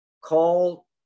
call